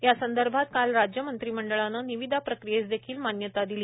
या संदर्भात राज्य मंत्रिमंडळाने निविदा प्रक्रीयेस देखील मान्यता दिली